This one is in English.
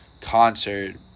concert